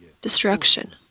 destruction